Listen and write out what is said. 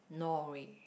Norway